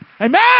Amen